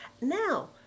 Now